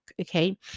Okay